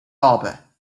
harbour